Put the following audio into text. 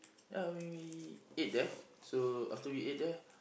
ya we we ate there so after we ate there